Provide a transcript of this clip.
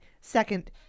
Second